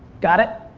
got it?